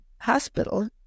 hospital